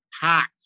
hot